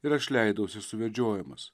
ir aš leidausi suvedžiojamas